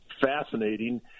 fascinating